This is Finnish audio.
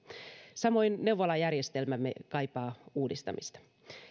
samoin neuvolajärjestelmämme kaipaa uudistamista